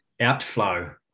outflow